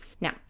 Now